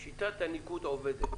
"שיטת הניקוד עובדת".